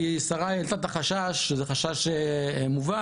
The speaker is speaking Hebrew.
כי שריי העלתה את החשש וזה חשש מובן,